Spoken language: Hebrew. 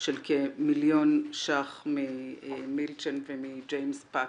של כמיליון ₪ ממילצ'ן ומג'יימס פקר,